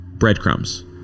Breadcrumbs